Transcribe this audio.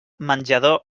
menjador